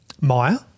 Meyer